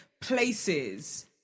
places